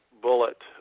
bullet